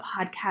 podcast